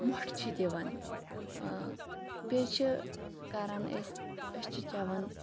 مۄٹھ چھِ دِوَان بیٚیہِ چھِ کَرَان أسۍ أسۍ چھِ چیٚوان